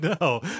no